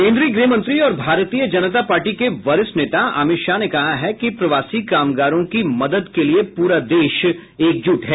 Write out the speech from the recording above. केंद्रीय गृहमंत्री और भारतीय जनता पार्टीके वरिष्ठ नेता अमित शाह ने कहा है कि प्रवासी कामगारों की मदद के लिए पूरा देश एकजुट है